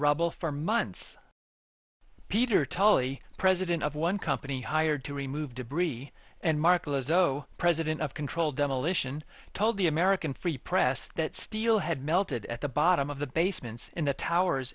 rubble for months peter tully president of one company hired to remove debris and markel as though president of controlled demolition told the american free press that steel had melted at the bottom of the basements in the towers